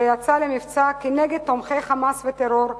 שיצאו למבצע כנגד תומכי "חמאס" וטרור,